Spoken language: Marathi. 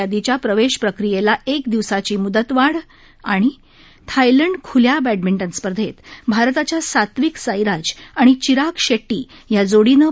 यादीच्या प्रवेश प्रक्रियेला एक दिवसाची म्दतवाढ थायलंड खुल्या बॅडमिंटन स्पर्धेत भारताच्या सात्विक साईराज आणि चिराग शेट्टी या जोडीनं